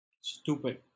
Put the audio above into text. stupid